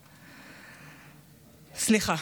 סליחה.